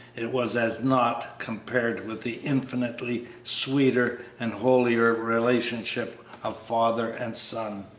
it was as naught compared with the infinitely sweeter and holier relationship of father and son.